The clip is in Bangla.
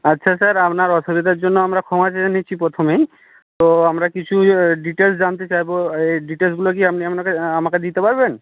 আচ্ছা স্যার আপনার অসুবিধার জন্য আমরা ক্ষমা চেয়ে নিচ্ছি প্রথমেই তো আমরা কিছু ডিটেলস জানতে চাইবো এই ডিটেলসগুলো কি আপনি আমাকে আমাকে দিতে পারবেন